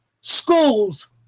Schools